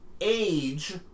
age